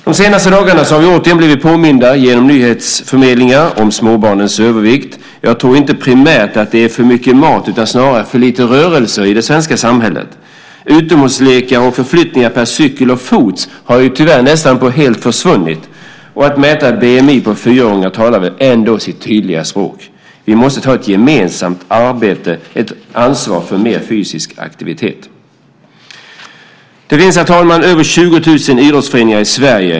De senaste dagarna har vi återigen blivit påminda genom nyhetsförmedlingar om småbarnens övervikt. Jag tror inte primärt att det är för mycket mat utan snarare för lite rörelse i det svenska samhället. Utomhuslekar och förflyttningar per cykel och till fots har ju tyvärr nästan helt försvunnit. Att mäta BMI på fyraåringar talar väl ändå sitt tydliga språk. Vi måste ta ett gemensamt ansvar för mer fysisk aktivitet. Det finns, herr talman, över 20 000 idrottsföreningar i Sverige.